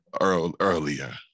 earlier